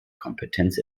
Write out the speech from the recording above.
kompetenz